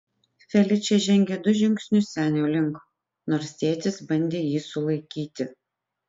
feličė žengė du žingsnius senio link nors tėtis bandė jį sulaikyti